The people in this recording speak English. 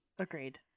Agreed